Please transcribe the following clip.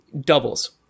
doubles